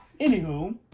anywho